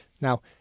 Now